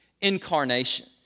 incarnation